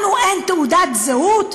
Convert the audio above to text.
לנו אין תעודת זהות?